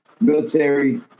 military